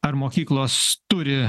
ar mokyklos turi